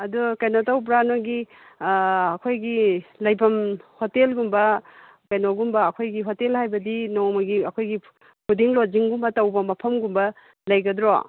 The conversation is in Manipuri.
ꯑꯗꯨ ꯀꯩꯅꯣ ꯇꯧꯕ꯭ꯔꯥ ꯅꯣꯏꯒꯤ ꯑꯩꯈꯣꯏꯒꯤ ꯂꯩꯐꯝ ꯍꯣꯇꯦꯜꯒꯨꯝꯕ ꯀꯩꯅꯣꯒꯨꯝꯕ ꯑꯩꯈꯣꯏꯒꯤ ꯍꯣꯇꯦꯜ ꯍꯥꯏꯕꯗꯤ ꯅꯣꯡꯃꯒꯤ ꯑꯩꯈꯣꯏꯒꯤ ꯐꯨꯗꯤꯡ ꯂꯣꯗꯖꯤꯡꯒꯨꯝꯕ ꯇꯧꯕ ꯃꯐꯝꯒꯨꯝꯕ ꯂꯩꯒꯗ꯭ꯔꯣ